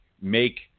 make